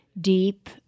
deep